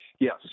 Yes